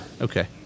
Okay